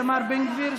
איתמר בן גביר,